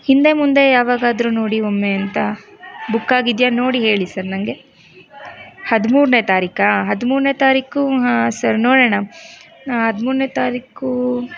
ಹಿಂದೆ ಮುಂದೆ ಯಾವಾಗಾದರೂ ನೋಡಿ ಒಮ್ಮೆ ಅಂತ ಬುಕ್ ಆಗಿದೆಯಾ ನೋಡಿ ಹೇಳಿ ಸರ್ ನನಗೆ ಹದಿಮೂರನೇ ತಾರೀಕಾ ಹದಿಮೂರನೇ ತಾರೀಕು ಹಾಂ ಸರ್ ನೋಡೋಣ ಹದಿಮೂರನೇ ತಾರೀಕು